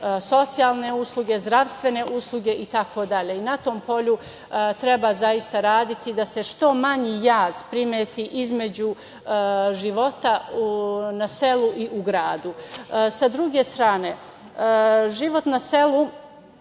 socijalne usluge, zdravstvene usluge itd. Na tom polju treba, zaista raditi da se što manji jaz primeti između života na selu i u gradu. Sa druge strane, život na selu